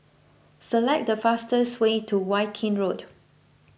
select the fastest way to Viking Road